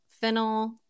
fennel